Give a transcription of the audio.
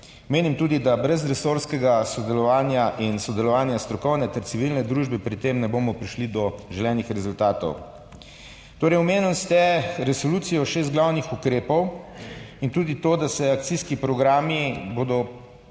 Menim tudi, da brez resorskega sodelovanja in sodelovanja strokovne ter civilne družbe pri tem ne bomo prišli do želenih rezultatov. Torej, omenili ste resolucijo, šest glavnih ukrepov in tudi to, da se bodo akcijski programi